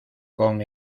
con